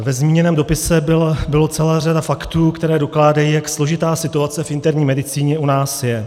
Ve zmíněném dopise byla celá řada faktů, které dokládají, jak složitá situace v interní medicíně u nás je.